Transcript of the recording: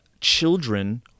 children